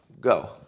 Go